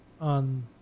on